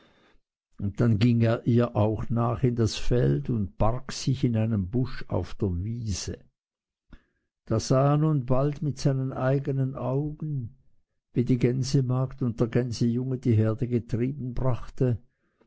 und dann ging er ihr auch nach in das feld und barg sich in einem busch auf der wiese da sah er nun bald mit seinen eigenen augen wie die gänsemagd und der gänsejunge die herde getrieben brachte